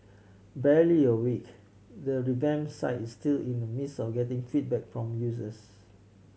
barely a week the revamped sites is still in the midst of getting feedback from users